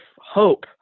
hope